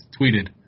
tweeted